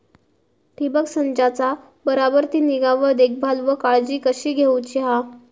ठिबक संचाचा बराबर ती निगा व देखभाल व काळजी कशी घेऊची हा?